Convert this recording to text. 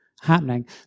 happening